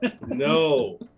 no